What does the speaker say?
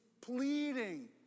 pleading